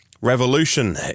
Revolution